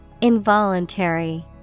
Involuntary